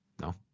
No